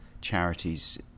charities